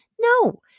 No